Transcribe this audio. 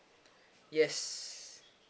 yes